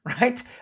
Right